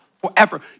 forever